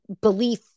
belief